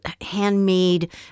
handmade